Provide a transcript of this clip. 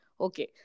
Okay